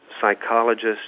psychologists